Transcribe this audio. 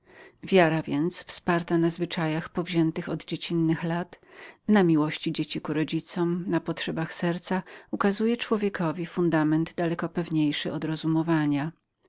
wiara więc wsparta na zwyczajach powziętych od dziecinnych lat na miłości dzieci ku rodzicom na potrzebach serca przedstawia człowiekowi podstawę daleko pewniejszą od rozumowania